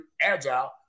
agile